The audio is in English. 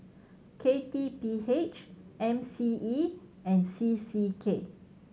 K T P H M C E and C C K